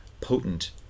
potent